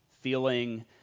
feeling